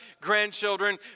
grandchildren